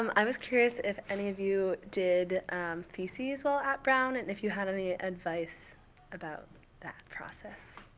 um i was curious if any of you did and theses while at brown and if you had any advice about that process.